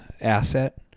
asset